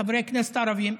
חברי כנסת ערבים,